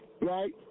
right